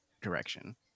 direction